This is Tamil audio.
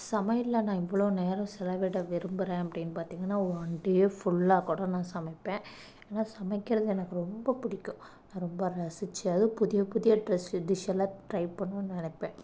சமையல்ல நான் எவ்வளோ நேரம் செலவிட விரும்புகிறேன் அப்படின் பார்த்திங்கன்னா ஒன் டே ஃபுல்லாக கூட நான் சமைப்பேன் ஏன்னா சமைக்கிறது எனக்கு ரொம்ப பிடிக்கும் ரொம்ப ரசித்து அதுவும் புதிய புதிய டிஷ் டிஷ்ஷெல்லாம் ட்ரை பண்ணணுன் நினைப்பேன்